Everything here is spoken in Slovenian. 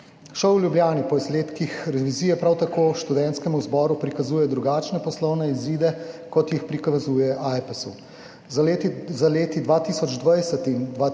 ŠOU v Ljubljani po izsledkih revizije prav tako Študentskemu zboru prikazuje drugačne poslovne izide, kot jih prikazuje Ajpesu. Za leti 2020 in 2021